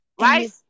right